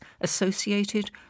associated